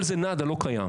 כל זה נאדה, לא קיים.